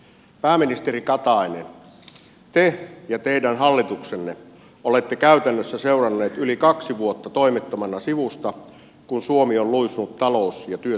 pääministeri katainen te ja teidän hallituksenne olette käytännössä seuranneet yli kaksi vuotta toimettomana sivusta kun suomi on luisunut talous ja työttömyyskriisiin